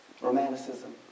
Romanticism